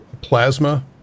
Plasma